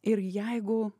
ir jeigu